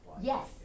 Yes